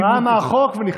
ראה מה החוק ונכנס.